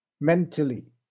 mentally